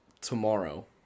tomorrow